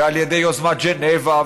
ועל ידי יוזמת ז'נבה,